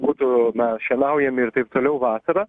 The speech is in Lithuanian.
būtų na šienaujami ir taip toliau vasarą